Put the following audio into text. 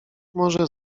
może